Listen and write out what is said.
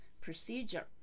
procedure